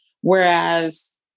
Whereas